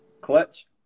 Clutch